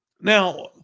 Now